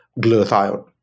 glutathione